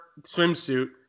swimsuit